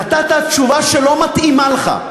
נתת תשובה שלא מתאימה לך.